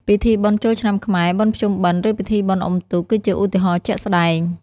ពិធីបុណ្យចូលឆ្នាំខ្មែរ បុណ្យភ្ជុំបិណ្ឌ ឬពិធីបុណ្យអ៊ុំទូក គឺជាឧទាហរណ៍ជាក់ស្ដែង។